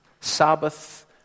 Sabbath